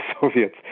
Soviets